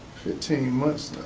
fifteen months